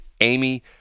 Amy